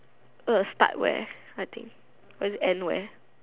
start where I think or is it end where